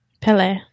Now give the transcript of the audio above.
Pele